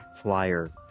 flyer